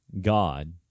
God